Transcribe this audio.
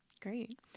Great